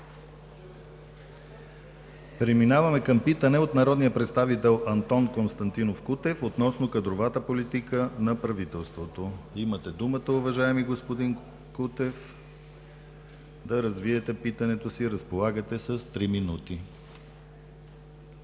Преминаваме към питане от народния представител Антон Константинов Кутев относно кадровата политика на правителството. Имате думата, уважаеми господин Кутев, да развиете питането си – разполагате с три минути.